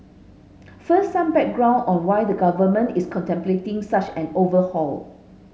first some background on why the Government is contemplating such an overhaul